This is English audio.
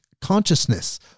consciousness